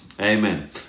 Amen